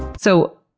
so,